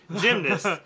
Gymnast